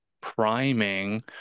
priming